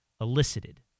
elicited